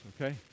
okay